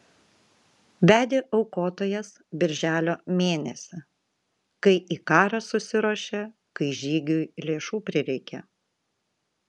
vedė aukotojas birželio mėnesį kai į karą susiruošė kai žygiui lėšų prireikė